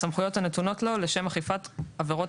הסמכויות הנתונות לו לשם אכיפת עבירות